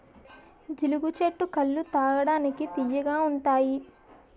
జీలుగు చెట్టు కల్లు తాగడానికి తియ్యగా ఉంతాయి